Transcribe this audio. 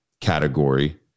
category